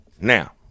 Now